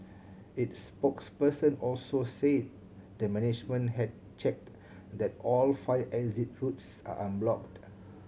its spokesperson also said the management had checked that all fire exit routes are unblocked